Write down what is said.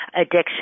addiction